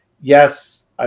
yes